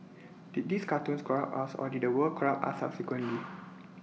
did these cartoons corrupt us or did the world corrupt us subsequently